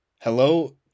Hello